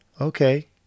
Okay